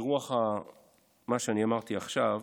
ברוח מה שאמרתי עכשיו,